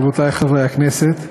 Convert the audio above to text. רבותי חברי הכנסת,